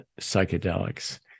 psychedelics